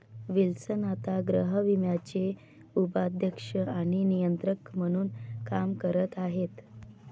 Wilson आता गृहविम्याचे उपाध्यक्ष आणि नियंत्रक म्हणून काम करत आहेत